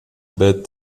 bad